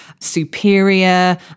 Superior